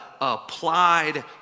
applied